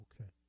okay